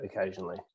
occasionally